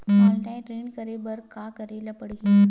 Online ऋण करे बर का करे ल पड़हि?